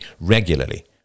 regularly